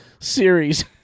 series